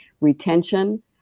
retention